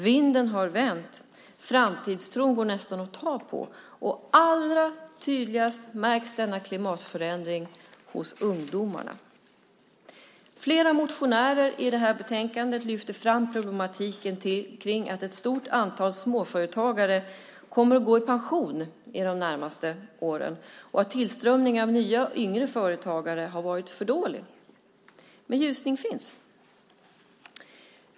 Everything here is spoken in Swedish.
Vinden har vänt. Framtidstron går nästan att ta på. Och allra tydligast märks denna klimatförändring hos ungdomarna. I flera motioner i detta betänkande lyfter man fram problematiken när det gäller att ett stort antal småföretagare kommer att gå i pension under de närmaste åren och att tillströmningen av nya och yngre företagare har varit för dålig. Men det finns en ljusning.